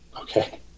Okay